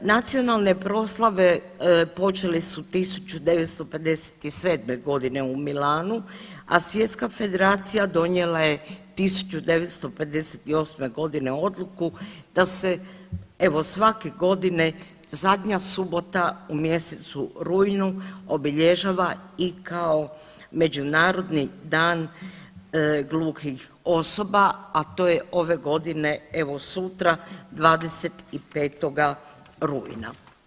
Nacionalne proslave počele su 1957. godine u Milanu, a Svjetska federacija donijela je 1958. godine odluku da se evo svake godine zadnja subota u mjesecu rujnu obilježava i kao Međunarodni dan gluhih osoba, a to je ove godine evo sutra 25. rujna.